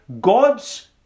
God's